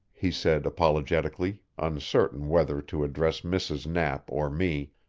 he said apologetically, uncertain whether to address mrs. knapp or me,